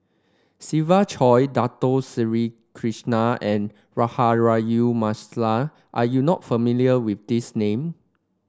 Siva Choy Dato Sri Krishna and Rahayu Mahzam are you not familiar with these name